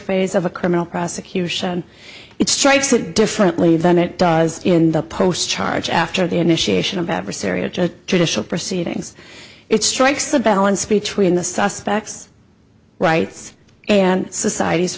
phase of a criminal prosecution it strikes it differently than it does in the post charge after the initiation of adversarial judicial proceedings it strikes the balance between the suspects rights and society's